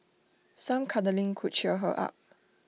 some cuddling could cheer her up